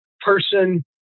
person